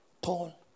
tall